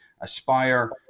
aspire